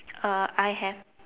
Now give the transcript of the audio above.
uh I have